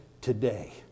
today